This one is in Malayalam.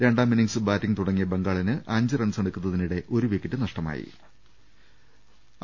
രണ്ടാമിന്നിങ്സ് ബാറ്റിങ് തുടങ്ങിയ ബംഗാളിന് അഞ്ച് റൺസെടുക്കുന്നതിനിടെ ഒരു വിക്കറ്റ് നഷ്ടമായിട്ടുണ്ട്